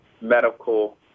medical